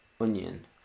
Onion